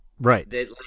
Right